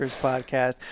podcast